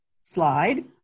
slide